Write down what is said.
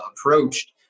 approached